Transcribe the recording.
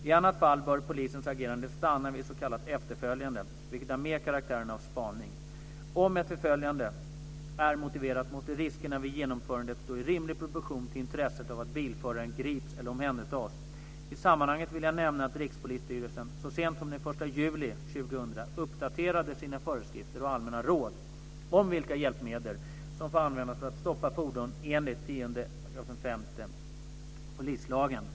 I annat fall bör polisens agerande stanna vid s.k. efterföljande, vilket mer har karaktären av spaning. Om ett förföljande är motiverat måste riskerna vid genomförandet stå i rimlig proportion till intresset av att bilföraren grips eller omhändertas. I sammanhanget vill jag nämna att Rikspolisstyrelsen så sent som den 1 juli 2000 uppdaterade sina föreskrifter och allmänna råd om vilka hjälpmedel som får användas för att stoppa fordon enligt 10 § 5 polislagen.